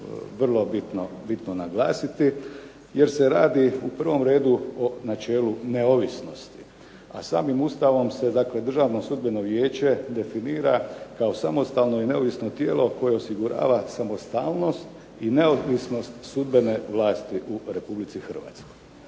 vrlo bitno naglasiti, jer se radi u prvom redu o načelu neovisnosti. A samim Ustavom Državno sudbeno vijeće se definira, "kao samostalno i neovisno tijelo koje osigurava samostalnost i neovisnost sudbene vlasti u Republici Hrvatskoj".